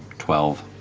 twelve.